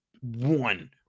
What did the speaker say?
one